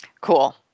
Cool